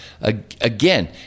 Again